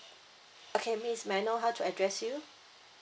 okay miss may I know how to address you